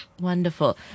Wonderful